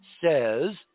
says